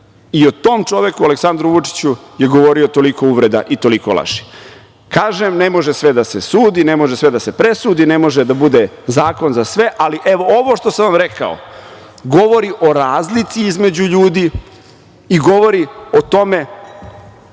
I o tom čoveku Aleksandru Vučiću, je govorio toliko uvreda i toliko laži. Kažem, ne može sve da se sudi, ne može sve da se presudi, ne može da bude zakon za sve, ali evo ovo što sam vam rekao, govori o razlici između ljudi ili govori o tome